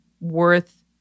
worth